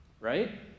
right